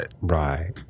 Right